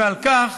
ועל כך